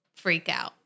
freakout